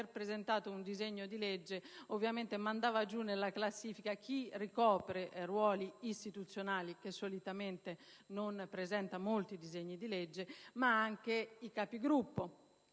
presentato un disegno di legge ovviamente faceva scendere nella classifica chi ricopre ruoli istituzionali, che solitamente non presenta molti disegni di legge, ed anche i Capigruppo,